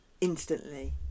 instantly